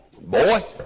boy